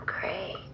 great